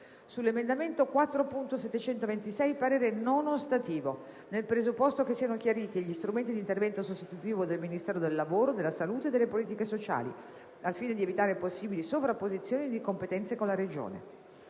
sull'emendamento 4.726, parere non ostativo, nel presupposto che siano chiariti gli strumenti di intervento sostitutivo del Ministero del lavoro, della salute e della politiche sociali, al fine di evitare possibili sovrapposizioni di competenze con la Regione;